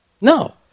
No